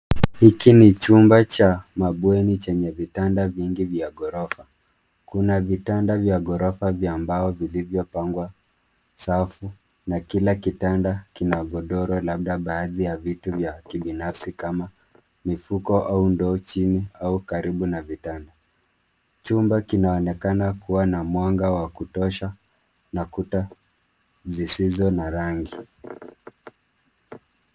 Hiki ni chumba cha mabweni chenye vitanda vingi vya ghorofa. Kuna vitanda vya ghorofa vya mbao vilivyopangwa safu na kila kitanda kina godoro labda baadhi ya vitu vya kibinafsi kama mifuko au ndoo chini au karibu na vitanda. Chumba kinaonekana kuwa na mwanga wa kutosha na kuta zisizo na rangi.